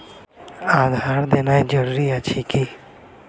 आधार देनाय जरूरी अछि की?